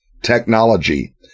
technology